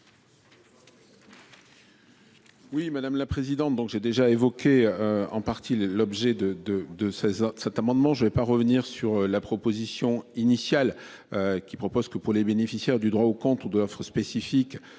Oui madame la présidente, donc j'ai déjà évoqué en partie l'objet de de de 16. Cet amendement. Je ne vais pas revenir sur la proposition initiale. Qui propose que pour les bénéficiaires du droit au compte ou de l'offre spécifique